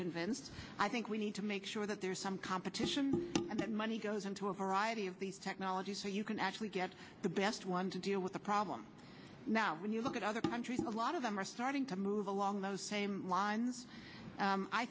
convinced i think we need to make sure that there's some competition and that money goes into a variety of these technologies so you can actually get the best one to deal with a problem now when you look at other countries a lot of them are starting to move along those same lines